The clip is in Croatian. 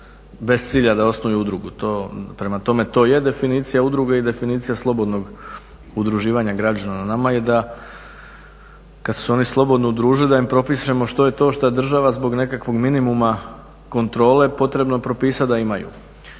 bez cilja da osnuju udrugu. Prema tome, to je definicija udruge i definicija slobodnog udruživanja građana. Na nama je da kad su se oni slobodno udružili da im propišemo što je to što je država zbog nekakvog minimuma kontrole potrebno propisati da imaju.